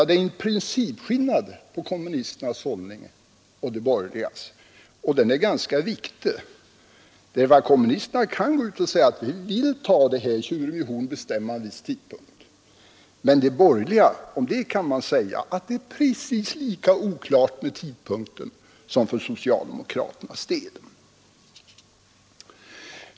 Det är en principskillnad mellan kommunisternas hållning och de borgerligas, och den är ganska viktig. Kommunisterna kan gå ut och säga: ”Vi vill ta tjuren vid hornen och bestämma en viss tidpunkt.” Men för de borgerliga är det precis lika oklart med tidpunkten som för socialdemokraternas del.